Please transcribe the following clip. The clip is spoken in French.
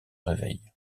réveille